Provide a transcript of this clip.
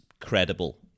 credible